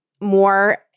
more